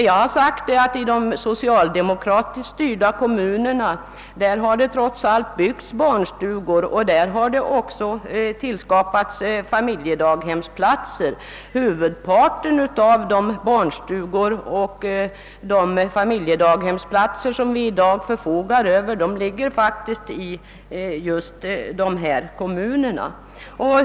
Jag har sagt att i de socialdemokratiskt styrda kommunerna har det trots allt byggts barnstugor och också skapats familjedaghemsplatser. Huvudparten av de barnstugeplatser och familjedaghemsplatser vi i dag förfogar över ligger faktiskt i just dessa kommuner.